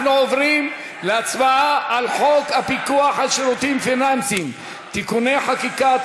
אנחנו עוברים להצבעה על חוק הפיקוח על שירותים פיננסיים (תיקוני חקיקה),